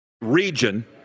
region